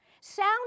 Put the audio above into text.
sound